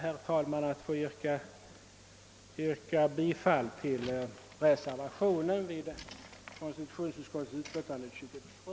Jag ber att få yrka bifall till reservationen vid konstitutionsutskottets utlåtande nr 23.